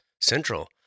central